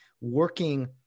working